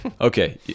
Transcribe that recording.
okay